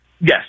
Yes